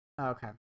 okay